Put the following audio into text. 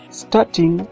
starting